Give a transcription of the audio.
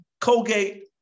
Colgate